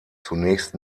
zunächst